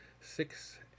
Six